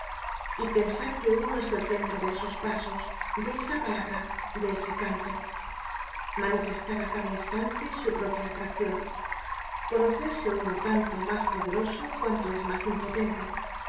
y pensar que uno es el centro de esos pasos de esa palabra de ese canto manifestar á cada instante su propia atraccion conocerse uno tanto mas poderoso cuanto es mas impotente y